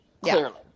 Clearly